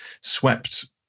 swept